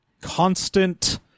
constant